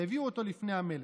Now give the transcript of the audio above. והביאו אותו לפני המלך.